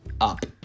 up